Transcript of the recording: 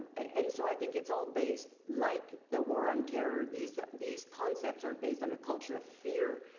and so i think it's all based like the war on terror these these concepts are based on a culture of fear,